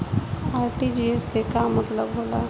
RTGS के का मतलब होला?